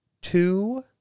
two